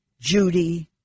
Judy